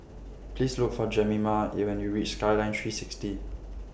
Please Look For Jemima when YOU REACH Skyline three sixty